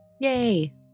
Yay